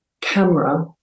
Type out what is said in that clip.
camera